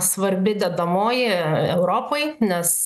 svarbi dedamoji europai nes